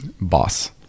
Boss